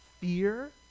fear